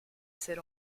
ser